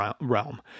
realm